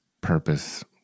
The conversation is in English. purpose